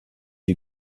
you